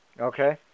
Okay